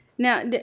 Now